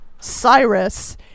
Cyrus